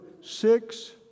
six